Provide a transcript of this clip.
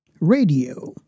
Radio